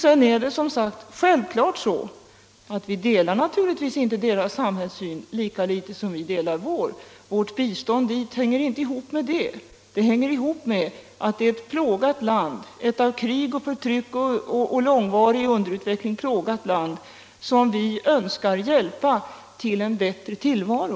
Det är självklart så att vi inte delar vietnamesernas samhällssyn lika litet som de delar vår. Vårt bistånd till Vietnam hänger inte samman med det utan med att det är ett av krig, förtryck och långvarig underutveckling plågat land som vi önskar hjälpa till en bättre tillvaro.